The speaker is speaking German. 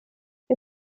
wir